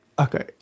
okay